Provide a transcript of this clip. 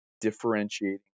differentiating